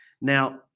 Now